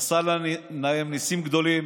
עשה להם ניסים גדולים